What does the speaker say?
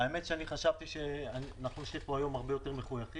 האמת היא שחשבתי שאנחנו נשב פה היום הרבה יותר מחויכים,